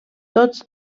tots